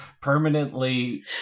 permanently